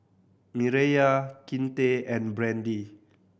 Mireya Kinte and Brandy